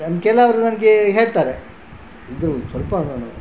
ಕೆಲವರು ನನಗೆ ಹೇಳ್ತಾರೆ ಇದ್ದರು ಸ್ವಲ್ಪ